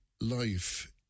life